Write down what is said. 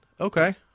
Okay